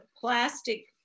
plastic